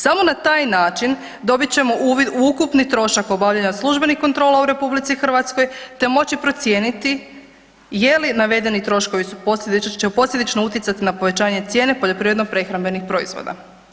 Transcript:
Samo na taj način dobit ćemo uvid u ukupni trošak obavljanja službenih kontrola u RH, te moći procijeniti je li navedeni troškovi će posljedično utjecati na povećanje cijene poljoprivredno prehrambenih proizvoda.